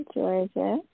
Georgia